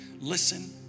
listen